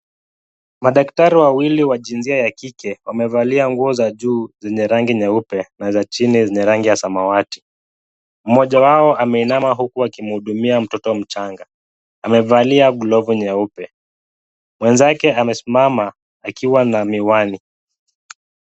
Madaktari wawili wa jinsia ya kike wamevalia nguo za juu zenye rangi nyeupe na za chini zenye rangi ya samawati. Mmoja wao ameinama huku akimhudumia mtoto mchanga. Amevalia glovu nyeupe. Mwenzake amesimama akiwa na miwani.